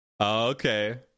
Okay